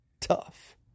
tough